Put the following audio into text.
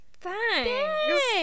Thanks